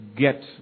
get